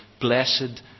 blessed